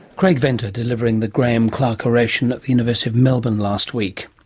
craig venter delivering the graeme clark oration at the university of melbourne last week.